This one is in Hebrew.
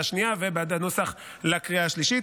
בעד הנוסח לקריאה השנייה ובעד הנוסח לקריאה השלישית.